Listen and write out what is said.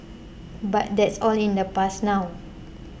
but that's all in the past now